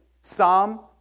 Psalm